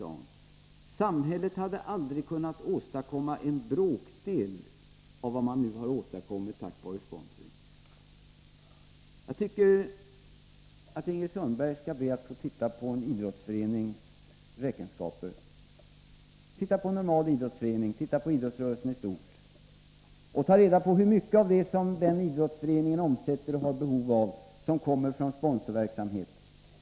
Sedan sade hon: Samhället hade aldrig kunnat åstadkomma en bråkdel av vad man nu har åstadkommit tack vare sponsring. Jag tycker att Ingrid Sundberg skall be att få se på en idrottsförenings räkenskaper. Se på en normal idrottsförening, se på idrottsrörelsen i stort och ta reda på hur mycket av det som den idrottsföreningen omsätter och har behov av som kommer från sponsorverksamhet!